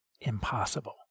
Impossible